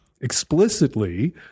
explicitly